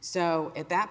so at that